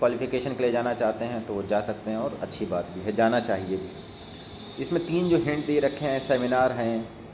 qualification کے لیے جانا چاہتے ہیں تو وہ جا سکتے ہیں اور اچھی بات بھی ہے جانا چاہیے اس میں تین جو ہنٹ دے رکھے ہیں سیمنار ہیں